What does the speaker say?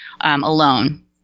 alone